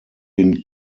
den